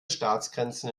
staatsgrenzen